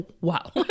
Wow